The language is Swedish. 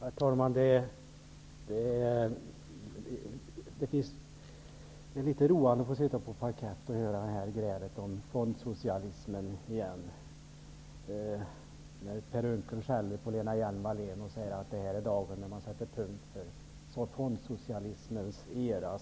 Herr talman! Det är ganska roande att få sitta på parkett och höra grälet om fondsocialismen. Per Unckel skäller på Lena Hjelm-Wallén och säger att det här är dagen då man skall sätta punkt för fondsocialismens era.